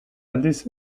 aldiz